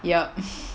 yup